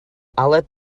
aled